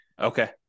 Okay